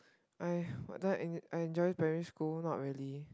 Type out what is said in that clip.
I what do I I enjoy primary school not really